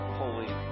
holy